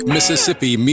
Mississippi